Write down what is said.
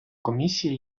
комісії